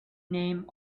name